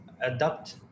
adapt